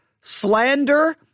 slander